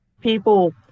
People